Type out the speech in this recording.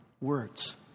words